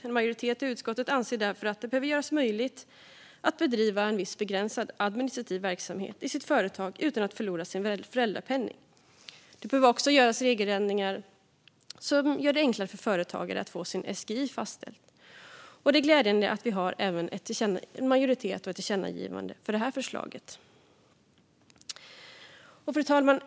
En majoritet i utskottet anser därför att det behöver göras möjligt att bedriva viss begränsad administrativ verksamhet i sitt företag utan att man ska förlora sin föräldrapenning. Det behövs även regeländringar som gör det enklare för företagare att få sin SGI fastställd. Det är glädjande att en majoritet i utskottet står bakom ett förslag till tillkännagivande även när det gäller detta. Fru talman!